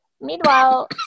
Meanwhile